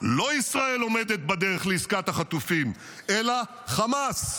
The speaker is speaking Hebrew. לא ישראל עומדת בדרך לעסקת החטופים אלא חמאס.